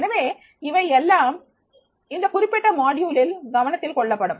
எனவே இவை எல்லாம் இந்த குறிப்பிட்ட தொகுதியில் கருத்தில் கொள்ளப்படும்